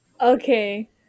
Okay